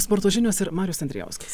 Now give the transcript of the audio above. sporto žinios ir marius andrijauskas